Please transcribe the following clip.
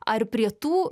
ar prie tų